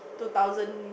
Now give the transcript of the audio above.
two thousand